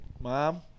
Mom